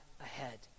ahead